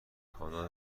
کانال